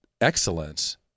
excellence